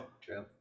true